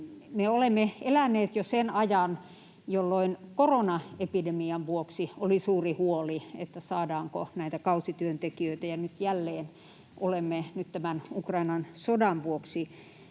olemme eläneet jo sen ajan, jolloin koronaepidemian vuoksi oli suuri huoli, että saadaanko näitä kausityöntekijöitä, ja nyt jälleen olemme tämän Ukrainan sodan vuoksi